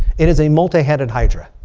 it is a multi-headed hydra.